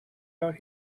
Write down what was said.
out